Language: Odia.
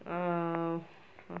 ଆଉ